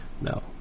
No